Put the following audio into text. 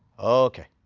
okay,